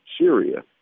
Syria